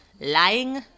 lying